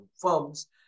firms